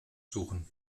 suchen